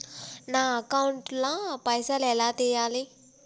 నా అకౌంట్ ల పైసల్ ఎలా తీయాలి?